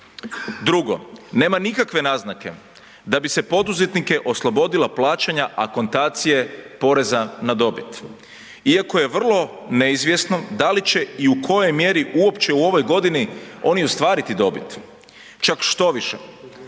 Drugo, nema nikakve naznake da bi se poduzetnike oslobodilo plaćanja akontacije poreza na dobit iako je vrlo neizvjesno da li će i u kojoj mjeri uopće u ovoj godini oni ostvariti dobit. Čak štoviše,